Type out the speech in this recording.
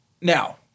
Now